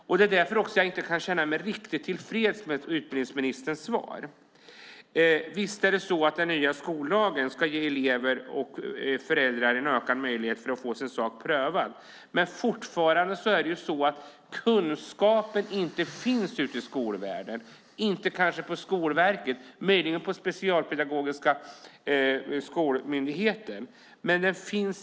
Det är också därför som jag inte kan känna mig riktigt tillfreds med utbildningsministerns svar. Visst är det så att den nya skollagen ska ge elever och föräldrar en ökad möjlighet att få sin sak prövad. Men fortfarande finns inte kunskapen ute i skolvärlden, inte på Skolverket men möjligen på Specialpedagogiska skolmyndigheten.